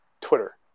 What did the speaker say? Twitter